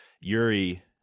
yuri